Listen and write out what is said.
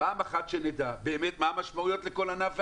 פעם אחת שנדע באמת מה המשמעויות לכל ענף,